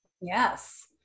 Yes